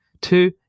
Two